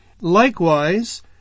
Likewise